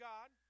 God